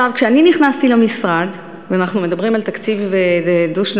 כשנכנסתי למשרד, אנחנו מדברים על תקציב דו-שנתי,